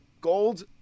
gold